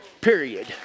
Period